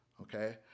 okay